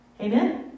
Amen